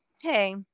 hey